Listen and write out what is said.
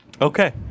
okay